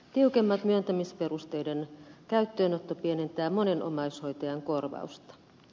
tiukempien myöntämisperusteiden käyttöönotto pienentää monen omaishoitajan korvausta